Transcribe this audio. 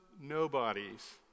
nobodies